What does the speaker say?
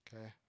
okay